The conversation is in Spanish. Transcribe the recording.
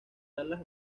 salas